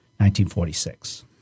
1946